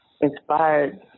inspired